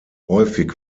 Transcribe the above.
häufig